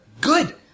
Good